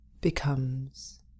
becomes